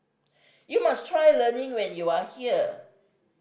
you must try lemang when you are here